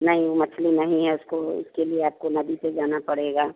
नहीं ऊ मछली नहीं है उसको इसके लिए आपको नदी से जाना पड़ेगा